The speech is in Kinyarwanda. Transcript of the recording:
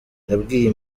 yabwiye